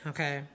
Okay